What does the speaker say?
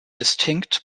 distinct